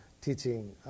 teaching